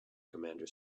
commander